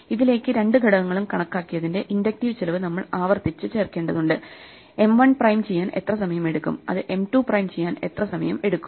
ഇതിലേക്ക് രണ്ട് ഘടകങ്ങളും കണക്കാക്കിയതിന്റെ ഇൻഡക്റ്റീവ് ചിലവ് നമ്മൾ ആവർത്തിച്ച് ചേർക്കേണ്ടതുണ്ട് എം 1 പ്രൈം ചെയ്യാൻ എത്ര സമയം എടുക്കും അത് എം 2 പ്രൈം ചെയ്യാൻ എത്ര സമയം എടുക്കും